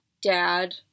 dad